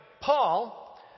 Paul